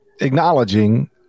acknowledging